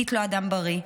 קית' לא אדם בריא.